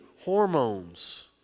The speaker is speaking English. hormones